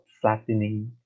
flattening